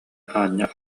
аанньа